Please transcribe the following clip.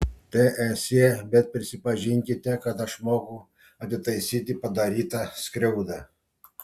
teesie bet prisipažinkite kad aš moku atitaisyti padarytą skriaudą